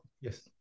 Yes